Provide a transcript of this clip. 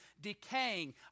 decaying